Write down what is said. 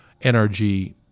NRG